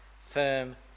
firm